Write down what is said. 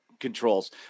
controls